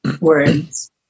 words